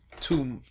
two